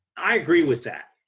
i agree with that.